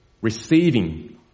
receiving